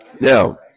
Now